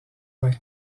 vain